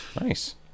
Nice